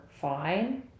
fine